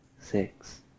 six